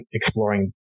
exploring